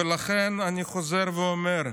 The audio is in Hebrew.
ולכן אני חוזר ואומר: